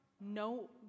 no